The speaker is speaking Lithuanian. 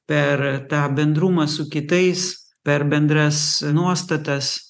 per tą bendrumą su kitais per bendras nuostatas